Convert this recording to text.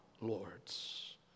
lords